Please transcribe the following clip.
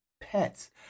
pets